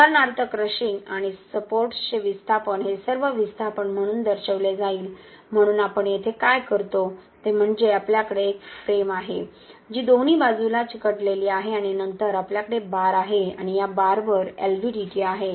उदाहरणार्थ क्रशिंग आणि सपोर्ट्सचे विस्थापन हे सर्व विस्थापन म्हणून दर्शविले जाईल म्हणून आपण येथे काय करतो ते म्हणजे आपल्याकडे एक फ्रेम आहे जी दोन्ही बाजूला चिकटलेली आहे आणि नंतर आपल्याकडे बार आहे आणि या बारवर एलव्हीडीटी आहे